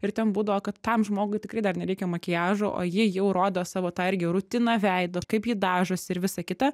ir ten būdavo kad tam žmogui tikrai dar nereikia makiažo o ji jau rodo savo tą irgi rutiną veido kaip ji dažosi ir visa kita